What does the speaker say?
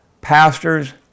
pastors